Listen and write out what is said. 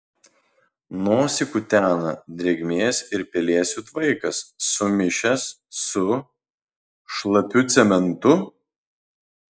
nosį kutena drėgmės ir pelėsių tvaikas sumišęs su šlapiu cementu